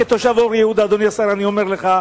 כתושב אור-יהודה אני אומר לך,